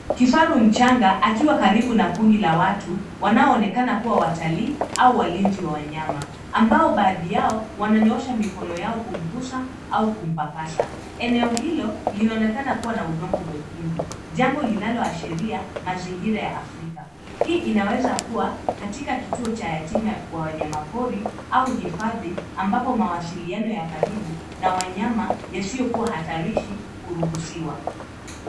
Kifaru mchanga akiwa karibu na kundi la watu wanaoonekana kuwa watalii au walinzi wa wanyama ambao baadhi yao ,wananyosha mikono yao kumgusa au kumpapasa. Eneo hilo linaonekana kuwa na udongo mwekundu jambo linaloashiria mazingira ya Afrika. Hii inaweza kuwa katika kituo cha yatima wa wanyama pori au hifadhi ambapo mawasiliano ya karibu ya wanyama yasiyo kuwa hatarishi huruhusiwa.